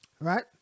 right